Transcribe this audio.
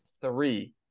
three